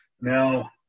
Now